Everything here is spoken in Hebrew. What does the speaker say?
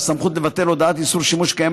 והסמכות לבטל הודעת איסור שימוש קיימת